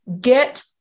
Get